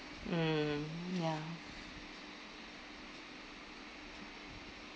mm ya